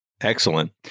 Excellent